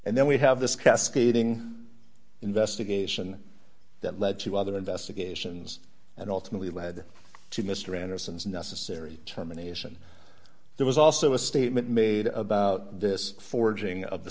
and then we have this cascading investigation that led to other investigations and ultimately led to mr anderson's necessary terminations there was also a statement made about this forging of the